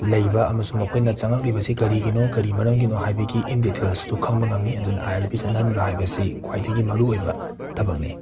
ꯂꯩꯕ ꯑꯃꯁꯨꯡ ꯃꯈꯣꯏꯅ ꯆꯪꯉꯛꯂꯤꯕꯁꯤ ꯀꯔꯤꯒꯤꯅꯣ ꯀꯔꯤ ꯃꯔꯝꯒꯤꯅꯣ ꯍꯥꯏꯕꯒꯤ ꯏꯟ ꯗꯏꯇꯦꯜꯁꯇꯣ ꯈꯪꯕ ꯉꯝꯃꯤ ꯑꯗꯨꯅ ꯑꯥꯏ ꯑꯦꯜ ꯄꯤ ꯆꯠꯅꯍꯟꯕꯁꯤ ꯈ꯭ꯋꯥꯏꯗꯒꯤ ꯃꯔꯨꯑꯣꯏꯕ ꯊꯕꯛꯅꯤ